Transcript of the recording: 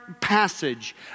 passage